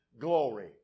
glory